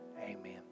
amen